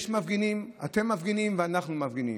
אתם מפגינים ואנחנו מפגינים,